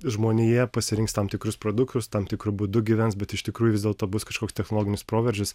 žmonija pasirinks tam tikrus produktus tam tikru būdu gyvens bet iš tikrųjų vis dėlto bus kažkoks technologinis proveržis